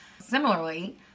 Similarly